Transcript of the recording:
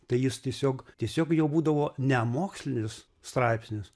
tai jis tiesiog tiesiog jau būdavo ne mokslinis straipsnis